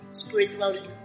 spiritually